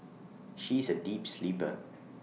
she is A deep sleeper